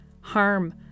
harm